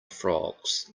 frogs